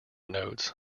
notes